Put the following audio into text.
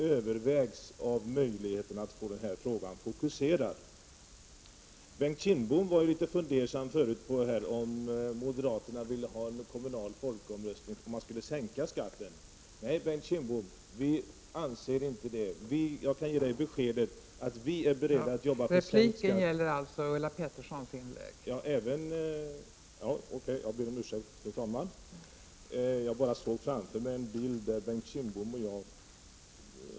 När det gäller att dela kommuner sade Ulla Pettersson att kommunreformen så att säga har satt sig.